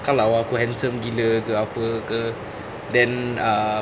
kalau aku handsome gila ke apa ke then uh